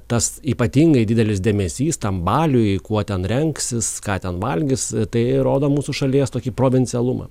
tas ypatingai didelis dėmesys tam baliui kuo ten rengsis ką ten valgys tai rodo mūsų šalies tokį provincialumą